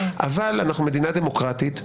אבל אנחנו מדינה דמוקרטית,